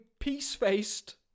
Peace-faced